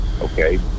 okay